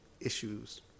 issues